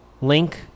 link